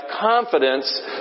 confidence